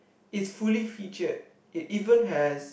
it's fully featured it even has